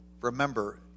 remember